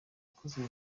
ikozwe